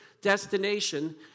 destination